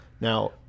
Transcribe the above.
Now